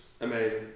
amazing